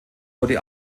wurde